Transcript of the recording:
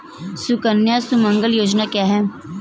सुकन्या सुमंगला योजना क्या है?